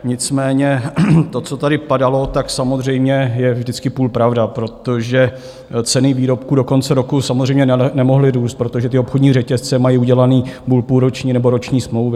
Nicméně to, co tady padalo, tak samozřejmě je vždycky půl pravda, protože ceny výrobků do konce roku samozřejmě nemohly růst, protože ty obchodní řetězce mají udělané buď půlroční, nebo roční smlouvy.